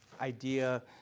idea